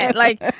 and like,